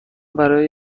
برای